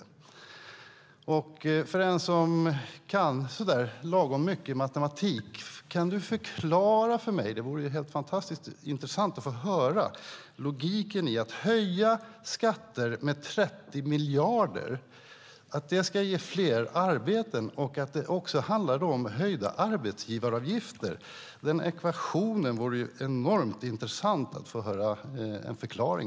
Kan du förklara för mig, som kan så där lagom mycket matematik, logiken i att det blir fler arbeten av att höja skatterna med 30 miljarder och av att höja arbetsgivaravgifterna? Den ekvationen vore det enormt intressant att få förklarad.